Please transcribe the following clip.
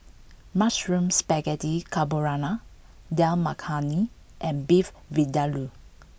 Mushroom Spaghetti Carbonara Dal Makhani and Beef Vindaloo